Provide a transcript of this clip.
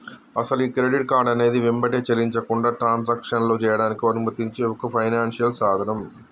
అసలు ఈ credit card అనేది వెంబటే చెల్లించకుండా ట్రాన్సాక్షన్లో చేయడానికి అనుమతించే ఒక ఫైనాన్షియల్ సాధనం